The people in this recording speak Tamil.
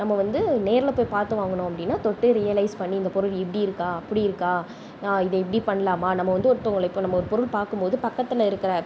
நம்ம வந்து நேரில் போய் பார்த்து வாங்கணும் அப்படினா தொட்டு ரியலைஸ் பண்ணி இந்த பொருள் இப்படி இருக்கா அப்படி இருக்கா இதை இப்படி பண்ணலாமா நம்ம வந்து ஒருத்தவங்களை இப்போ ஒரு பொருள் பார்க்கும்போது பக்கத்தில் இருக்கிற